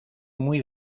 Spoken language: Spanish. muy